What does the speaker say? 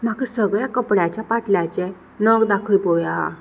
म्हाका सगळ्या कपड्याच्या पाटल्याचे नग दाखय पोवया